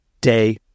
day